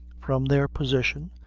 from their position,